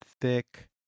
thick